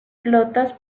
flotas